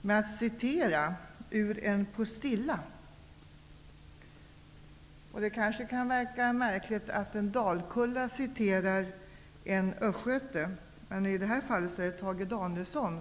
med att återge vad som sägs i en postilla. Det kan tyckas märkligt att en dalkulla återger vad en östgöte sagt, men i det här fallet gäller det Tage Danielsson.